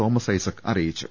Thomas Isaac അറിയിച്ചു